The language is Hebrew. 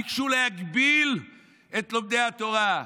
ביקשו להגביל את לומדי התורה.